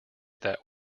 that